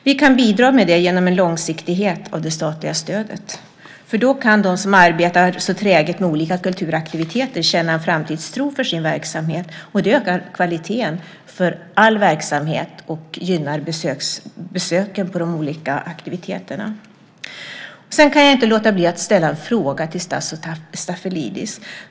Vi kan bidra till det genom långsiktighet vad gäller det statliga stödet. Då kan nämligen de som arbetar så träget med olika kulturaktiviteter känna en framtidstro för sin verksamhet. Det ökar kvaliteten på all verksamhet och gynnar besöken på de olika aktiviteterna. Sedan kan jag inte låta bli att ställa en fråga till Tasso Stafilidis.